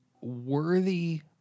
worthy